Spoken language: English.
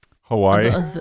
Hawaii